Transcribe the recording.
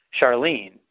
Charlene